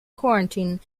quarantine